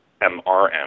MRM